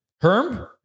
Herm